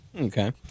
Okay